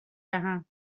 دهم